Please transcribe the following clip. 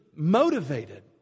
motivated